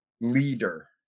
leader